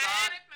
אני